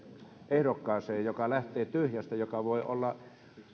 ehdokkaaseen joka lähtee tyhjästä joka voi olla